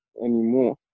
anymore